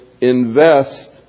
Invest